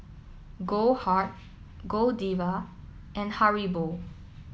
Goldheart Godiva and Haribo